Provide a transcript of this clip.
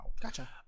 gotcha